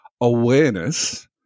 awareness